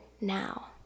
now